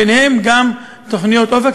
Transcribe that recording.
וביניהם גם תוכניות "אופק",